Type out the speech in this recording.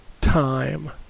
time